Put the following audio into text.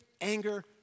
anger